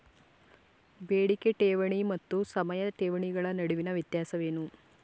ಬೇಡಿಕೆ ಠೇವಣಿ ಮತ್ತು ಸಮಯ ಠೇವಣಿಗಳ ನಡುವಿನ ವ್ಯತ್ಯಾಸವೇನು?